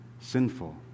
sinful